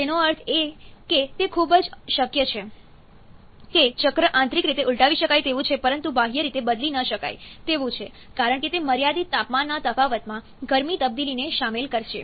તેનો અર્થ એ કે તે ખૂબ જ શક્ય છે કે ચક્ર આંતરિક રીતે ઉલટાવી શકાય તેવું છે પરંતુ બાહ્ય રીતે બદલી ન શકાય તેવું છે કારણ કે તે મર્યાદિત તાપમાનના તફાવતમાં ગરમી તબદીલીને સામેલ કરશે